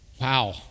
Wow